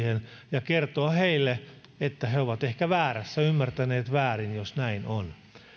ja kertoa heille että he ovat ehkä väärässä ymmärtäneet väärin jos näin on